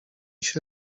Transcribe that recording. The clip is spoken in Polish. się